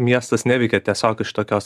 miestas neveikia tiesiog iš tokios